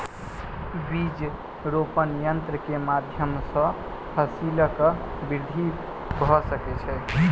बीज रोपण यन्त्र के माध्यम सॅ फसीलक वृद्धि भ सकै छै